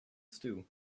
stew